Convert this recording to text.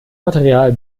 material